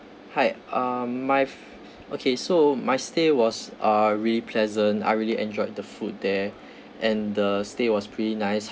hi uh my okay so my stay was uh really pleasant I really enjoyed the food there and the stay was pretty nice